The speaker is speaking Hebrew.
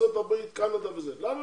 ארצות הברית וכולי?